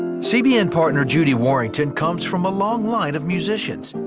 cbn partner judy warrington comes from a long line of musicians.